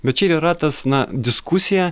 bet čia ir yra tas na diskusija